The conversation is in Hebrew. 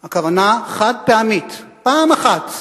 הכוונה, חד-פעמית: פעם אחת.